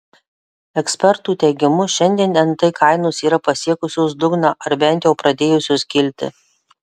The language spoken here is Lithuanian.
ekspertų teigimu šiandien nt kainos yra pasiekusios dugną ar bent jau pradėjusios kilti